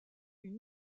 une